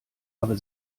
aber